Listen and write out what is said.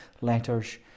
letters